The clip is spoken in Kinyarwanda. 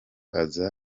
aza